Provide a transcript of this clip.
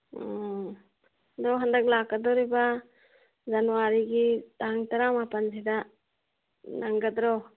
ꯑꯣ ꯑꯗꯣ ꯍꯟꯗꯛ ꯂꯥꯛꯀꯗꯧꯔꯤꯕ ꯖꯟꯋꯥꯔꯤꯒꯤ ꯇꯥꯡ ꯇꯔꯥꯃꯥꯄꯜꯁꯤꯗ ꯅꯪꯒꯗ꯭ꯔꯣ